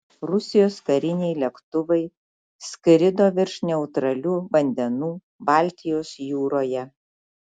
rusijos kariniai lėktuvai skrido virš neutralių vandenų baltijos jūroje